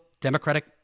Democratic